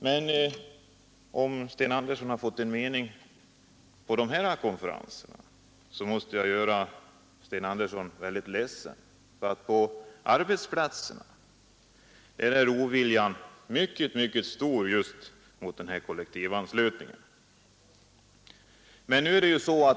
Men om Sten Andersson på dessa konferenser har fått höra en positiv inställning måste jag göra honom väldigt ledsen. På arbetsplatserna är oviljan mycket stor mot kollektivanslutningen.